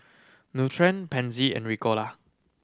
Nutren Pansy and Ricola